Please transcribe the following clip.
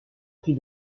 prix